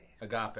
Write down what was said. Agape